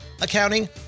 accounting